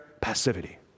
passivity